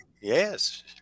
Yes